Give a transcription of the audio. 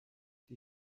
die